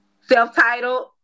self-titled